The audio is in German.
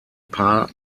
paar